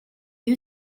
you